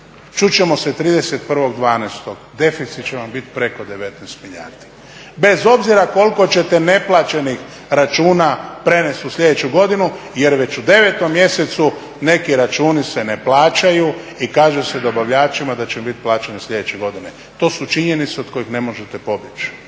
ćemo se 31.12. deficit će vam biti preko 19 milijardi. Bez obzira koliko ćete neplaćenih računa prenijeti u sljedeću godinu jer već u 9 mjesecu neki računi se ne plaćaju i kaže se dobavljačima da će biti plaćeni sljedeće godine. To su činjenice od kojih ne možete pobjeći.